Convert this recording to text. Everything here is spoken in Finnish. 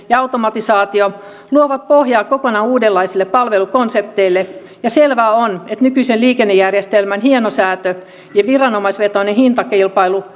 ja automatisaatio luovat pohjaa kokonaan uudenlaisille palvelukonsepteille ja selvää on että nykyisen liikennejärjestelmän hienosäätö ja viranomaisvetoinen hintakilpailu